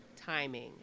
timing